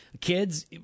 Kids